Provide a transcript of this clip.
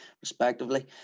respectively